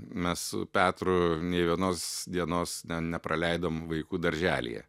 mes su petru nė vienos dienos nepraleidom vaikų darželyje